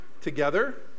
together